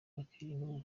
bakirinda